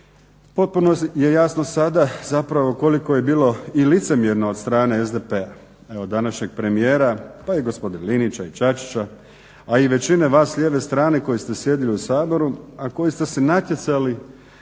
Potpuno je jasno sada koliko je bilo i licemjerno od strane SDP-a evo današnjeg premijera, pa i gospodina Linića i Čačića, a i većine vas s lijeve strane koji ste sjedili u Saboru, a koji ste se natjecali